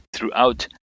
throughout